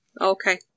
Okay